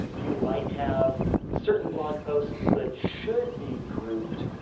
you might have certain blog posts that should be grouped